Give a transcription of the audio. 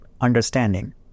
understanding